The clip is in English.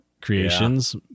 creations